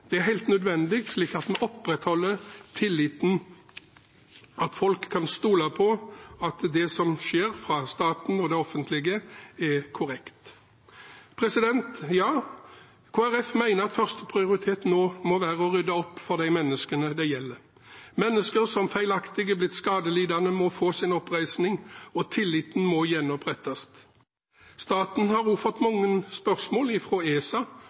Det er helt nødvendig, slik at vi opprettholder tilliten – at folk kan stole på at det som skjer fra staten og det offentliges side, er korrekt. Ja, Kristelig Folkeparti mener at førsteprioritet nå må være å rydde opp for de menneskene det gjelder. Mennesker som feilaktig er blitt skadelidende, må få sin oppreisning, og tilliten må gjenopprettes. Staten har også fått mange spørsmål fra ESA